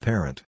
Parent